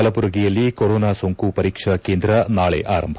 ಕಲಬುರಗಿಯಲ್ಲಿ ಕೊರೋನಾ ಸೋಂಕು ಪರೀಕ್ಷಾ ಕೇಂದ್ರ ನಾಳೆ ಆರಂಭ